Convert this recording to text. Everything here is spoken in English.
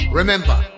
remember